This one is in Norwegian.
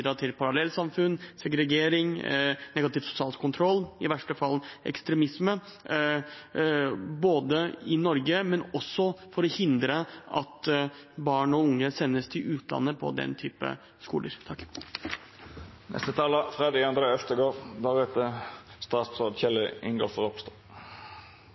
til parallellsamfunn, segregering, negativ sosial kontroll og i verste fall ekstremisme her i Norge, og som også kan hindre at barn og unge sendes til utlandet til den typen skoler. Kampen mot negativ sosial kontroll er